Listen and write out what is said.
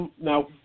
Now